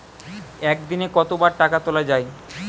একদিনে কতবার টাকা তোলা য়ায়?